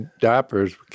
diapers